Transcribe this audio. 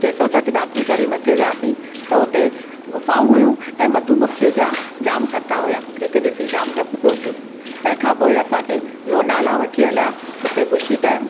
टे सौ सठि ॾाकणूं चढ़ी मथे वियासीं त हुते गुफ़ाऊं हुयूं ऐं मधुमखीअ जा जाम छता हुआ जेके ॾिसी जाम डप पियो थिए तंहिंखां पोए असांखे लोनावला वठी हलिया हुते बुशी डैम